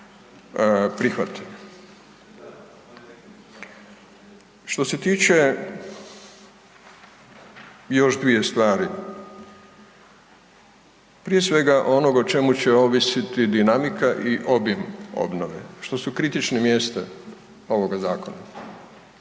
prihvate. Što se tiče još dvije stvari, prije svega o čemu će ovisiti dinamika i obim obnove, što su kritična mjesta ovoga zakona.